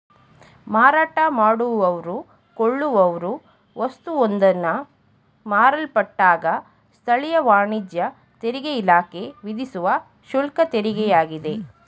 ಮಾರಾಟ ಮಾಡುವವ್ರು ಕೊಳ್ಳುವವ್ರು ವಸ್ತುವೊಂದನ್ನ ಮಾರಲ್ಪಟ್ಟಾಗ ಸ್ಥಳೀಯ ವಾಣಿಜ್ಯ ತೆರಿಗೆಇಲಾಖೆ ವಿಧಿಸುವ ಶುಲ್ಕತೆರಿಗೆಯಾಗಿದೆ